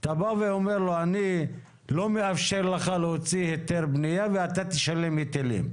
אתה בא ואומר לו: אני לא מאפשר לך להוציא היתר בנייה ואתה תשלם היטלים.